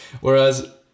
whereas